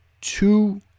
two